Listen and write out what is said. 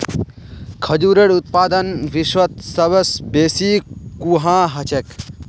खजूरेर उत्पादन विश्वत सबस बेसी कुहाँ ह छेक